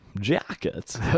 Jackets